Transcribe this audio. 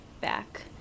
back